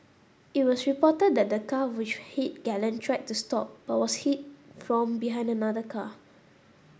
it was reported that the car which hit Galen tried to stop but was hit from behind another car